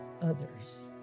others